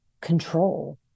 control